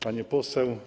Pani Poseł!